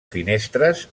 finestres